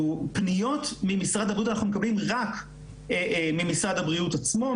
פניות ממשרד הבריאות אנחנו מקבלים רק ממשרד הבריאות עצמו,